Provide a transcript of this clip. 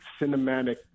cinematic